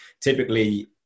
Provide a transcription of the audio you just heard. typically